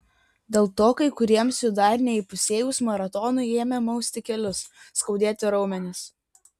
dėl to kai kuriems jų dar neįpusėjus maratonui ėmė mausti kelius skaudėti raumenis